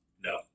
No